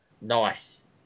Nice